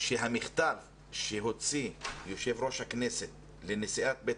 שהמכתב שהוציא יושב-ראש הכנסת לנשיאת בית